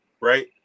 right